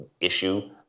issue